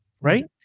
Right